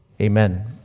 Amen